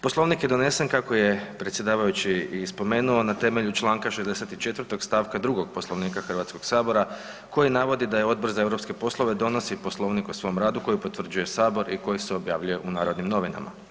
Poslovnik je donesen kako je predsjedavajući i spomenuo, na temelju čl. 64. stavka 2. Poslovnika Hrvatskog sabora, koji navodi da Odbor za europske poslove donosi Poslovnik o svom radu koji potvrđuje Sabor i koji se objavljuje u Narodnim novinama.